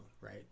right